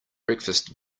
breakfast